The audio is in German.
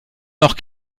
nach